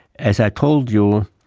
as i told you,